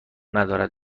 ندارد